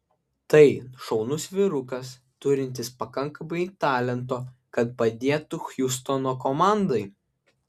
tai šaunus vyrukas turintis pakankamai talento kad padėtų hjustono komandai